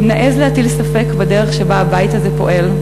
אם נעז להטיל ספק בדרך שבה הבית הזה פועל,